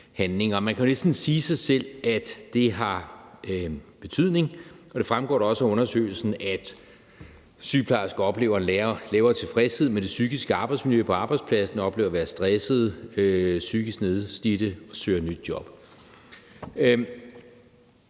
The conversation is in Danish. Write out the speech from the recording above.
man kan jo næsten sige sig selv, at det har en betydning, og det fremgår da også af undersøgelsen, at sygeplejersker oplever en lavere tilfredshed med det psykiske arbejdsmiljø på arbejdspladsen, at de oplever at være stressede og psykisk nedslidte, og at de søger nye job.